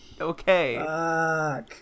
okay